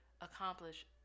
accomplish